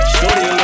Shorty